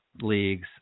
leagues